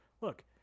look